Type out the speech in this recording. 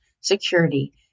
security